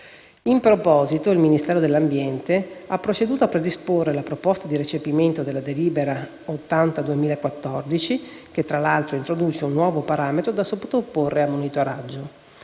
In proposito, il Ministero dell'ambiente ha proceduto a predisporre la proposta di recepimento della direttiva 80/2014/UE, che tra l'altro introduce un nuovo parametro da sottoporre a monitoraggio.